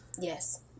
yes